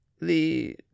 The